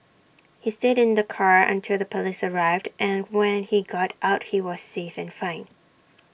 he stayed in the car until the Police arrived and when he got out he was safe and fine